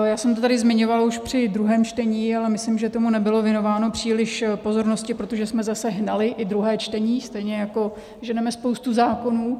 Já jsem to tady zmiňovala už při druhém čtení, ale myslím, že tomu nebylo věnováno příliš pozornosti, protože jsme zase hnali i druhé čtení stejně jako ženeme spoustu zákonů.